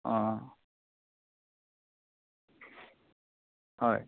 অঁ হয়